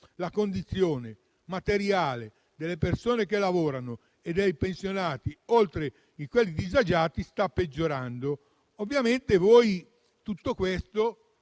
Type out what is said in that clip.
la condizione materiale delle persone che lavorano e dei pensionati, oltre a quelli disagiati, sta peggiorando. In tutto questo